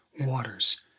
waters